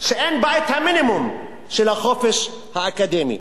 שאין בה המינימום של החופש האקדמי.